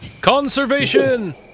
Conservation